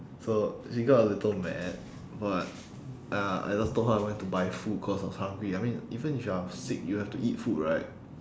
so she got a little mad but uh I just told her I went to buy food cause I was hungry I mean even if you're sick you have to eat food right